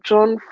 John